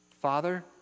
Father